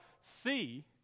see